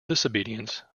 disobedience